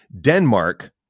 Denmark